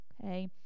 okay